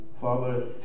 Father